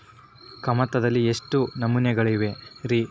ಕಮತದಲ್ಲಿ ಎಷ್ಟು ನಮೂನೆಗಳಿವೆ ರಿ?